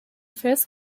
first